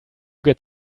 get